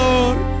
Lord